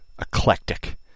eclectic